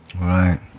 right